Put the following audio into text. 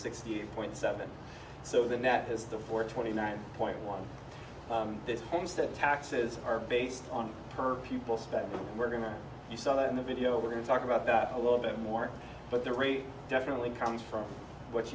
sixty eight point seven so the net has the for twenty nine point one this home state taxes are based on per pupil spend but we're going to you saw that in the video we're going to talk about that a little bit more but the rate definitely comes from what